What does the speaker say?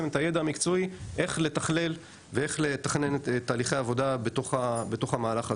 את הידע המקצועי איך לתכלל ואיך לתכנן תהליכי עבודה בתוך המהלך הזה.